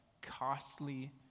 costly